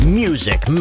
music